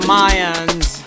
Mayans